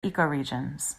ecoregions